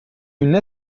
une